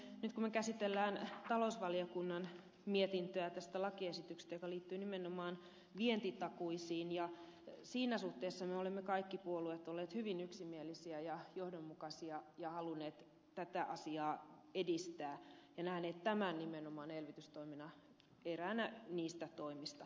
nyt kun me käsittelemme talousvaliokunnan mietintöä tästä lakiesityksestä joka liittyy nimenomaan vientitakuisiin siinä suhteessa me kaikki puolueet olemme olleet hyvin yksimielisiä ja johdonmukaisia ja halunneet tätä asiaa edistää ja näen tämän nimenomaan eräänä niistä elvytystoimista